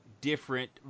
different